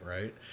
right